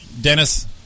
Dennis